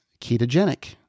ketogenic